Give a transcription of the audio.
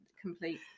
complete